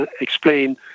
explain